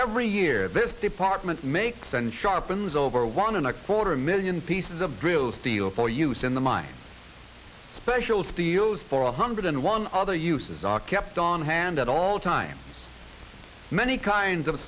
every year this department makes sense sharpens over one and a quarter million pieces of drill steel for use in the mines special steels for one hundred and one other uses are kept on hand at all times many kinds of